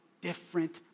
different